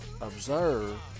observe